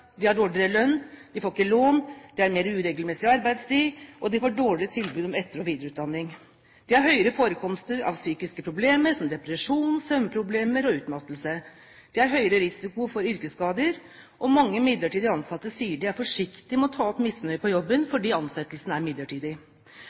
De har dårligere lønn, de får ikke lån, det er mer uregelmessig arbeidstid, og de får dårligere tilbud om etter- og videreutdanning. De har høyere forekomst av psykiske problemer, som depresjoner, søvnproblemer og utmattelse. De har høyere risiko for yrkesskader, og mange midlertidig ansatte sier de er forsiktige med å ta opp misnøye på jobben